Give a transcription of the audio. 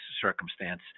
circumstance